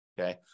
Okay